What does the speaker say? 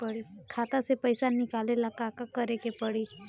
खाता से पैसा निकाले ला का का करे के पड़ी?